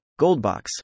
Goldbox